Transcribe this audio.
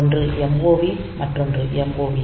ஒன்று MOV மற்றொன்று MOVX